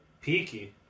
Peaky